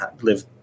live